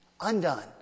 undone